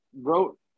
wrote